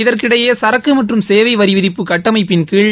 இதற்கிடையே சரக்கு மற்றும் சேவை வரிவிதிப்பு கட்டமைப்பின் கீழ்